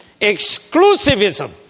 Exclusivism